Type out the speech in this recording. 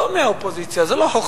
לא מהאופוזיציה, זו לא חוכמה.